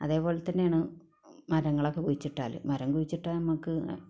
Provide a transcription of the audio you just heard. അതേപോലെ തന്നെയാണ് മരങ്ങളൊക്കെ കുഴിച്ചിട്ടാല് മരം കുഴിച്ചിട്ടാൽ നമുക്ക്